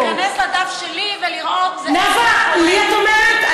להיכנס לדף שלי ולראות, נאוה, לי את אומרת?